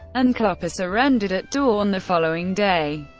and klopper surrendered at dawn the following day.